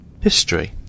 History